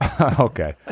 Okay